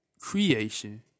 Creation